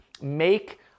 make